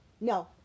No